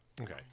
Okay